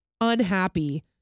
unhappy